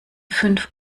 fünf